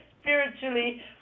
spiritually